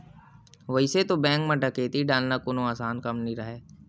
वइसे तो बेंक म डकैती डालना कोनो असान काम नइ राहय